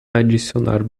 adicionar